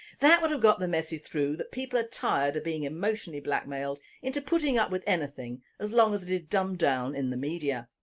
that would have got the message through that people are tired of being emotionally blackmailed into putting up with anything as long as it is dumbed down in the media.